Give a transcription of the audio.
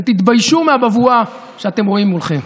ותתביישו מהבבואה שאתם רואים מולכם.